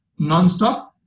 nonstop